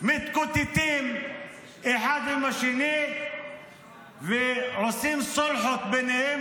מתקוטטים אחד עם השני ועושים סולחות ביניהם,